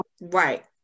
Right